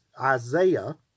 Isaiah